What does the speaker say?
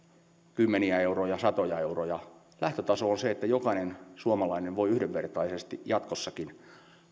kymmeniä euroja tai satoja euroja lähtötaso on se että jokainen suomalainen voi yhdenvertaisesti jatkossakin